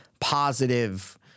positive